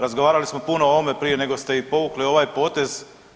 Razgovarali smo puno o ovome prije nego ste i povukli ovaj potez.